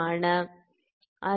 60 3